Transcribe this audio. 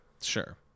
Sure